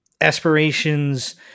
aspirations